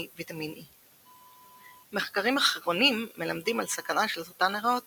ויטמין E. מחקרים אחרונים מלמדים על סכנה של סרטן הריאות